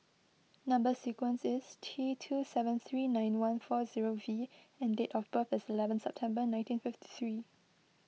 Number Sequence is T two seven three nine one four zero V and date of birth is eleven September nineteen fifty three